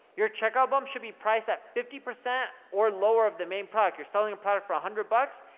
your checkout bump should be priced at fifty percent or lower of the main product. you're selling a product for a hundred bucks?